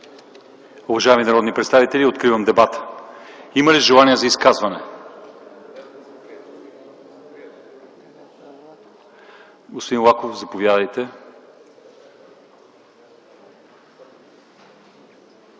Уважаеми народни представители, откривам дебатите. Има ли желаещи за изказвания? Господин Лаков, заповядайте.